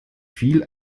viel